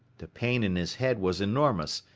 the pain in his head was enormous,